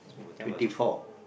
twenty four